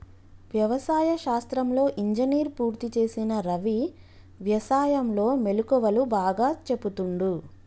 వ్యవసాయ శాస్త్రంలో ఇంజనీర్ పూర్తి చేసిన రవి వ్యసాయం లో మెళుకువలు బాగా చెపుతుండు